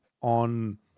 on